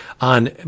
on